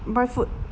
buy food